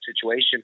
situation